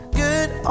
good